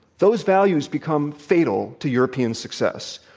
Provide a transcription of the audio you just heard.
those values become fatal to european success.